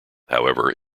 however